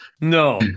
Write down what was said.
No